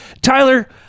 Tyler